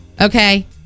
Okay